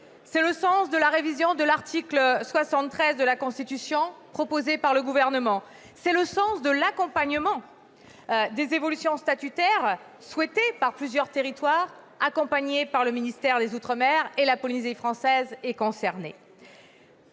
c'est le sens de la révision de l'article 73 de la Constitution proposée par le Gouvernement, c'est le sens de l'accompagnement des évolutions statutaires souhaitées par plusieurs territoires et par le ministère des outre-mer, et la Polynésie française est concernée.